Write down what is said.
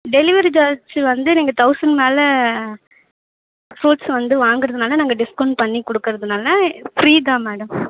delivery charge வந்து நீங்கள் thousand மேலே ஃப்ரூட்ஸை வந்து வாங்கறதுனாலே நாங்கள் டிஸ்கௌண்ட் பண்ணி கொடுக்கறதுனால ஃப்ரீ தான் மேடம்